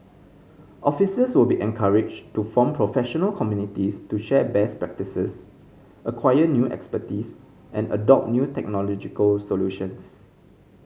officers will be encouraged to form professional communities to share best practices acquire new expertise and adopt new technological solutions